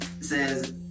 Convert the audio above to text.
says